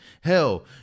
Hell